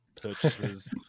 purchases